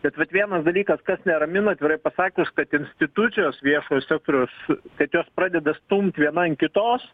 bet vat vienas dalykas kas neramina atvirai pasakius kad institucijos viešojo sektoriaus kad jos pradeda stumt viena ant kitos